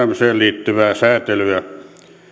kaavoitukseen ja rakentamiseen liittyvää säätelyä